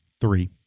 Three